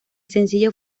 sencillo